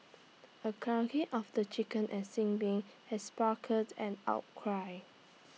the culling of the chicken at sin Ming has sparked an outcry